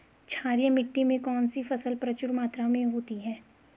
क्षारीय मिट्टी में कौन सी फसल प्रचुर मात्रा में होती है?